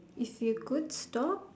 if you could stop